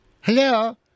Hello